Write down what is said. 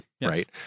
Right